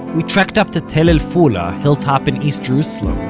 we trekked up to tell el-ful, a hilltop in east jerusalem,